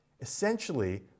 Essentially